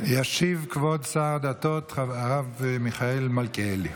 ישיב כבוד שר הדתות, הרב מיכאל מלכיאלי.